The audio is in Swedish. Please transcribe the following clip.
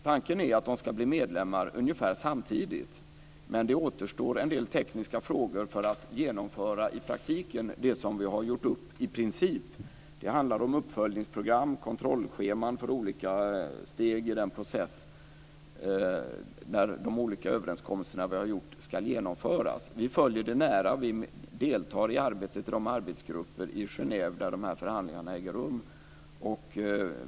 Tanken är att länderna ska bli medlemmar ungefär samtidigt, men det återstår en del tekniska frågor för att vi i praktiken ska kunna genomföra det som vi har gjort upp i princip. Det handlar om uppföljningsprogram och kontrollscheman för olika steg i den här processen när de olika överenskommelserna som vi har gjort ska genomföras. Vi följer det här nära och deltar i arbetet i de arbetsgrupper i Genève där de här förhandlingarna äger rum.